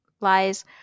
lies